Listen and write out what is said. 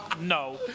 No